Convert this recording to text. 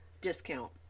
discount